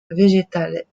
végétales